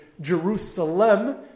Jerusalem